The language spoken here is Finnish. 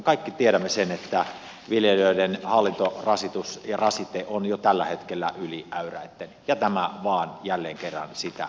kaikki tiedämme sen että viljelijöiden hallintorasite on jo tällä hetkellä yli äyräitten ja tämä vain jälleen kerran sitä lisää